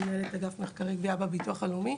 מנהלת אגף מחקרי גבייה בביטוח הלאומי.